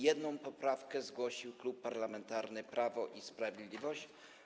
Jedną poprawkę zgłosił Klub Parlamentarny Prawo i Sprawiedliwość.